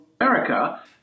America